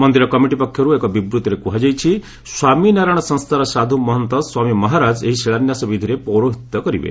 ମନ୍ଦିର କମିଟି ପକ୍ଷରୁ ଏକ ବିବୃତ୍ତିରେ କୁହାଯାଇଛି ସ୍ୱାମୀନାରାୟଣ ସଂସ୍ଥାର ସାଧୁ ମହନ୍ତ ସ୍ୱାମୀ ମହାରାଜ ଏହି ଶିଳାନ୍ୟାସ ବିଧିରେ ପୌରୋହିତ୍ୟ କରିବେ